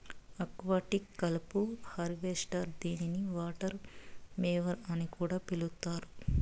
aquatic కలుపు harvester దీనిని water mower అని కూడా పిలుస్తారు